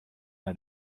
nei